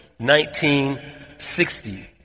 1960